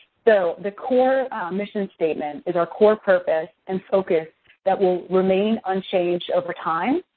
so, the core mission statement is our core purpose and focus that will remain unchanged over time.